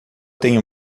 tem